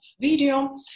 video